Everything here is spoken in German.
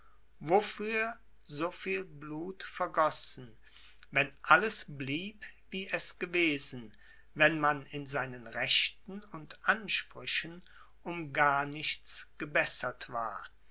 wofür so viel blut vergossen wenn alles blieb wie es gewesen wenn man in seinen rechten und ansprüchen um gar nichts gebessert war